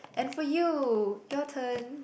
and for you your turn